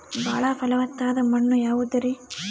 ಬಾಳ ಫಲವತ್ತಾದ ಮಣ್ಣು ಯಾವುದರಿ?